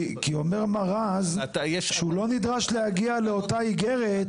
כי אומר מר רז שהוא לא נדרש להגיע לאותה אגרת.